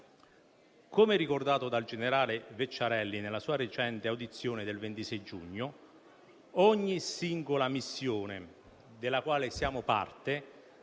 Come ricordato dal generale Vecciarelli nella sua recente audizione del 26 giugno, ogni singola missione della quale siamo parte,